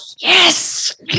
yes